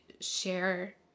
share